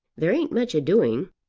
there ain't much a doing.